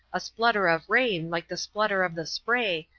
a splutter of rain like the splutter of the spray,